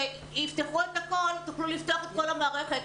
כשיפתחו את הכול, תוכלו לפתוח את כל המערכת.